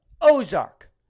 Ozark